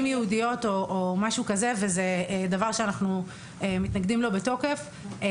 יהודיות או משהו כזה וזה דבר שאנחנו מתנגדים לו בתוקף.